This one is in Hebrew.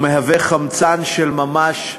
שהתשלום מהווה חמצן של ממש לפעולתם.